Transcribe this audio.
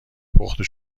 پخته